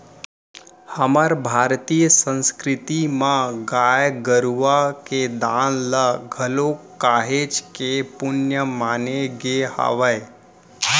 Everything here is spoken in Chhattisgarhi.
हमर भारतीय संस्कृति म गाय गरुवा के दान ल घलोक काहेच के पुन्य माने गे हावय